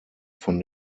von